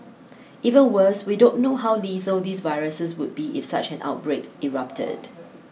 even worse we don't know how lethal these viruses would be if such an outbreak erupted